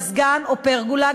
מזגן או פרגולה,